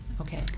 Okay